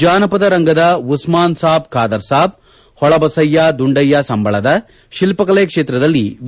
ಜಾನಪದ ರಂಗದ ಉಸ್ಮಾನ್ ಸಾಬ್ ಖಾದರ್ ಸಾಬ್ ಹೊಳಬಸಯ್ಯ ದುಂಡಯ್ಯ ಸಂಬಳದ ಶಿಲ್ಪಕಲೆ ಕ್ಷೇತ್ರದಲ್ಲಿ ವಿ